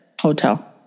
Hotel